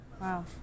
Wow